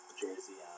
jersey